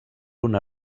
una